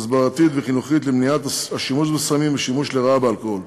הסברתית וחינוכית למניעת השימוש בסמים ושימוש לרעה באלכוהול.